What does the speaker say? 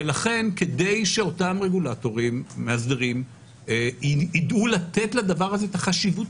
לכן כדי שאותם רגולטורים מאסדרים יידעו לתת לדבר הזה את החשיבות